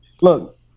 look